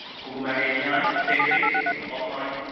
google maps api database offline,